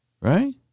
right